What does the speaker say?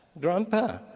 Grandpa